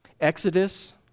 Exodus